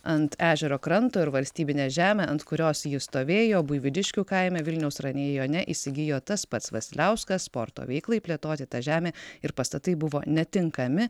ant ežero kranto ir valstybinę žemę ant kurios ji stovėjo buivydiškių kaime vilniaus rajone įsigijo tas pats vasiliauskas sporto veiklai plėtoti ta žemė ir pastatai buvo netinkami